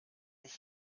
ich